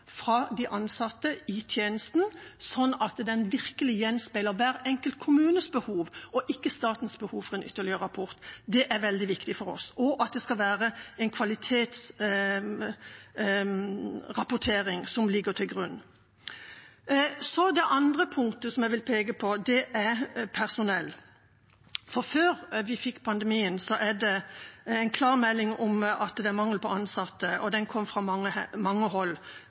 fra de ansatte i tjenesten, sånn at det virkelig gjenspeiler hver enkelt kommunes behov, og ikke statens behov for en ytterligere rapport. Det er veldig viktig for oss – og at det skal være en kvalitetsrapportering som ligger til grunn. Så til det andre punktet som jeg vil peke på. Det er personell. Før vi fikk pandemien, var det en klar melding om at det var mangel på ansatte, og den kom fra mange